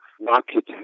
market